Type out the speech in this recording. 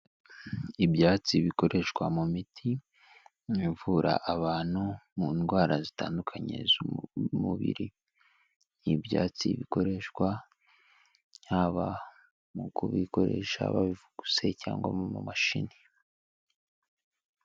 Ibyatsi bikoreshwa mu miti, bivura abantu mu ndwara zitandukanye z'umubiri, n'ibyatsi bikoreshwa, haba mu kubikoresha babivuguse cyangwa mu mamashini.